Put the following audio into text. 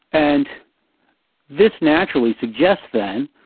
and this naturally suggests, then,